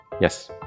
Yes